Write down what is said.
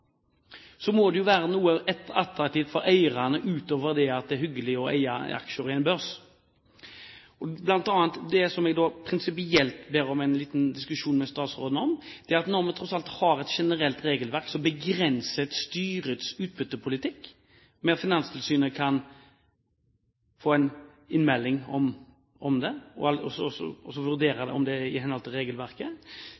må det jo være noe attraktivt for eierne utover det at det er hyggelig å eie aksjer i en børs, bl.a. det som jeg prinsipielt ber om en liten diskusjon med statsråden om: Når vi tross alt har et generelt regelverk som begrenser styrets utbyttepolitikk, ved at Finanstilsynet kan få en innmelding om det og også vurdere om det er i henhold til regelverket, og